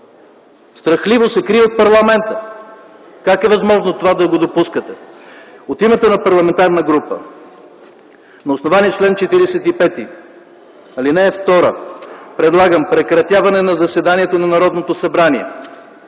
страхливо се крие от парламента. Как е възможно да допускате това?! От името на парламентарна група на основание чл. 45, ал. 2 предлагам прекратяване на заседанието на Народното събрание